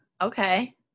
okay